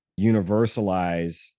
universalize